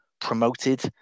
promoted